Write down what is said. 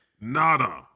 Nada